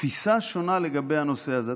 תפיסה שונה לגבי הנושא הזה.